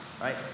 Right